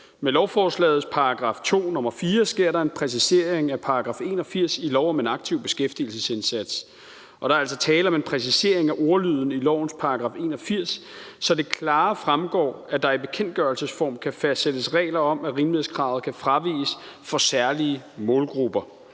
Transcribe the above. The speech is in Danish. Med lovforslagets § 2, nr. 4, sker der en præcisering af § 81 i lov om en aktiv beskæftigelsesindsats, og der er altså tale om en præcisering af ordlyden i lovens § 81, så det klarere fremgår, at der i bekendtgørelsesform kan fastsættes regler om, at rimelighedskravet kan fraviges for særlige målgrupper.